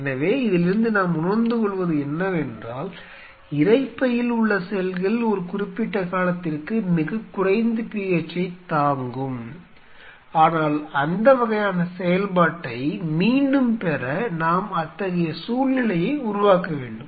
எனவே இதிலிருந்து நாம் உணர்ந்துகொள்வது என்னவென்றால் இரைப்பையில் உள்ள செல்கள் ஒரு குறிப்பிட்ட காலத்திற்கு மிகக் குறைந்த pH ஐத் தாங்கும் ஆனால் அந்த வகையான செயல்பாட்டை மீண்டும் பெற நாம் அத்தகைய சூழ்நிலையை உருவாக்க வேண்டும்